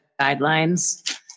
guidelines